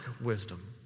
wisdom